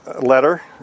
letter